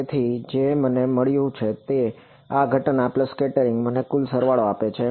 તેથી જે મને મળ્યું તે છે આ ઘટના સ્કેટરીંગ મને કૂલ સરવાળો આપે છે